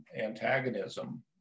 antagonism